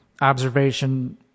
observation